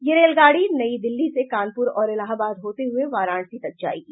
यह रेलगाड़ी नई दिल्ली से कानपुर और इलाहाबाद होते हुए वाराणसी तक जाएगी